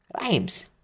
Rhymes